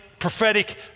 prophetic